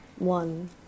One